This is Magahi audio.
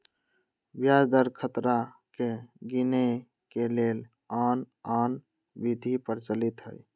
ब्याज दर खतरा के गिनेए के लेल आन आन विधि प्रचलित हइ